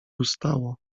ustało